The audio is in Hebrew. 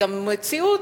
וגם במציאות,